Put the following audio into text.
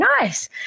nice